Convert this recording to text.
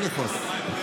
לא לכעוס.